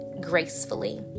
gracefully